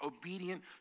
obedient